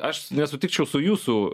aš nesutikčiau su jūsų